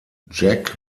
jack